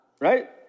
right